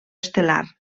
estel·lar